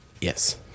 yes